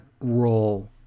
role